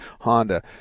Honda